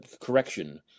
correction